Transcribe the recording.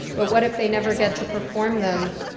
but what if they never get to perform them?